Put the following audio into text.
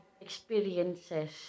experiences